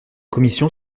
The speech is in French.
commission